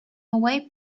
away